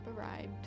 arrived